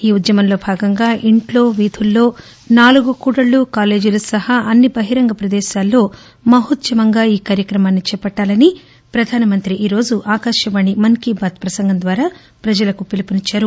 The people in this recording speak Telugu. ఈ ఉద్యమంలో భాగంగా ఇంట్లో వీధుల్లో నాలుగు కూడల్లు కాలేజీలు స్వహా అన్ని బహిరంగ ప్రదేశాల్లో మహోద్యమంగా ఈ కార్యక్రమాన్ని చేపట్టాలని ప్రధానమంత్రి ఈ రోజు ఆకాశవాణి మన్ కీ బాత్ ప్రసంగం ద్వారా ప్రజలకు పిలుపునిచ్చారు